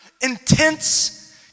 intense